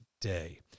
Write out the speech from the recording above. day